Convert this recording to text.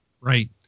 right